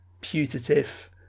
putative